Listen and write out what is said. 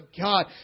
God